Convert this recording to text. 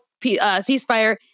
ceasefire